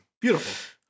beautiful